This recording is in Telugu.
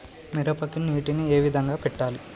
మిరపకి నీటిని ఏ విధంగా పెట్టాలి?